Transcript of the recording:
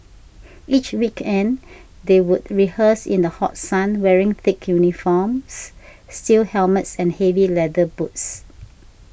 each weekend they would rehearse in the hot sun wearing thick uniforms steel helmets and heavy leather boots